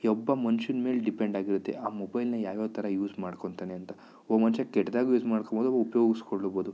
ಅಬ್ಬಾ ಮನ್ಷನ ಮೇಲೆ ಡಿಪೆಂಡ್ ಆಗಿರುತ್ತೆ ಆ ಮೊಬೈಲ್ನ ಯಾವಯಾವ್ಥರ ಯೂಸ್ ಮಾಡ್ಕೊಳ್ತಾನೆ ಅಂತ ಒ ಮನ್ಷ ಕೆಟ್ದಾಗು ಯೂಸ್ ಮಾಡ್ಕೊಬೋದು ಉಪ್ಯೋಗಿಸ್ಕೊಳ್ಲೂಬೋದು